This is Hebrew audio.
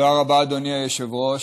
תודה רבה, אדוני היושב-ראש.